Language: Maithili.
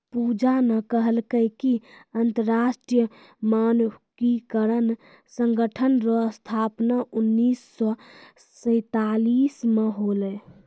पूजा न कहलकै कि अन्तर्राष्ट्रीय मानकीकरण संगठन रो स्थापना उन्नीस सौ सैंतालीस म होलै